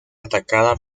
atacada